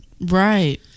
Right